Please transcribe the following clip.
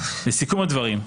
לסיכום הדברים,